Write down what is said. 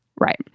Right